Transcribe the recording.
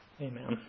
Amen